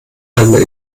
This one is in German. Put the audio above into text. einmal